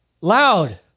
Loud